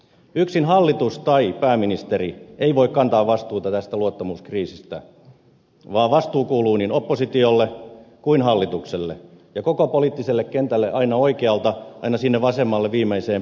yksin hallitus tai pääministeri ei voi kantaa vastuuta tästä luottamuskriisistä vaan vastuu kuuluu niin oppositiolle kuin hallitukselle ja koko poliittiselle kentälle oikealta aina sinne vasemmalle viimeiseen penkkiin asti